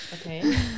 Okay